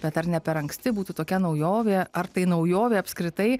bet ar ne per anksti būtų tokia naujovė ar tai naujovė apskritai